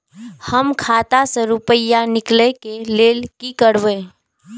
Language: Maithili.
हम खाता से रुपया निकले के लेल की करबे?